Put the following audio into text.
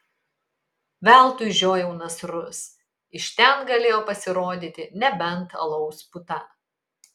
veltui žiojau nasrus iš ten galėjo pasirodyti nebent alaus puta